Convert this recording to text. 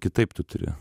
kitaip tu turi